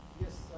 Yes